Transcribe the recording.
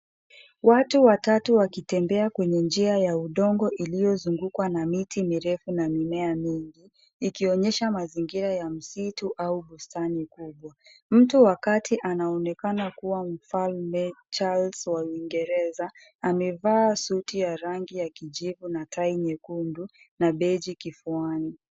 Watu watatu wakitembea kwenye njia ya udongo iliyozungukwa na miti mirefu na mimea mingi ikionyesha mazingira ya msitu au bustani kubwa. Mtu wa kati anaonekana kuwa mfalme Charles wa uingereza, amevaa suti ya rangi ya kijivu na tai nyekundu na beji kifuani.